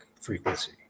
frequency